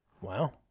Wow